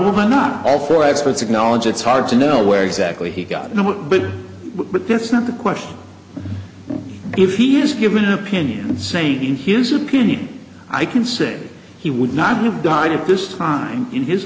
i not all for experts acknowledge it's hard to know where exactly he got no work but but that's not the question if he is given an opinion saying in his opinion i can say he would not have died at this time in his